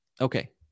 Okay